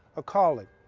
a calling.